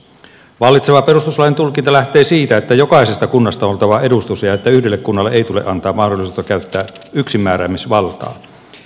vallitseva perustuslain tulkinta lähtee siitä että jokaisesta kunnasta on oltava edustus ja että yhdelle kunnalle ei tule antaa mahdollisuutta käyttää yksinmääräämisvaltaa